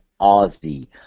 Ozzy